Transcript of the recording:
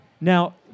Now